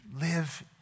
live